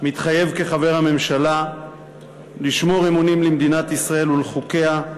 מתחייב כחבר הממשלה לשמור אמונים למדינת ישראל ולחוקיה,